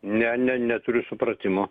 ne ne neturiu supratimo